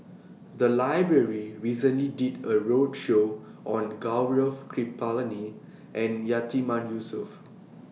The Library recently did A roadshow on Gaurav Kripalani and Yatiman Yusof